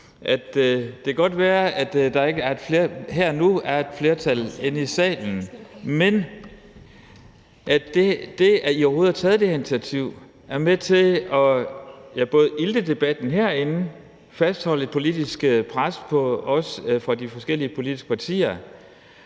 at der ikke her og nu er et flertal herinde i salen, men at det, at I overhovedet har taget det her initiativ, er med til både at ilte debatten herinde og at fastholde et politisk pres på os fra de forskellige politiske partier,